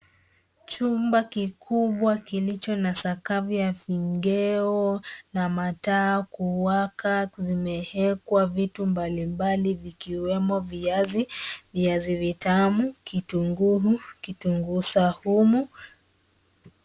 Chumba kikubwa kilicho na sakafu ya vigae na mataa kuwekwa kimewekwa vitu mbalimbali vikiwemo viazi, viazi vitamu, kitunguu, kitunguu saumu.